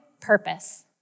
purpose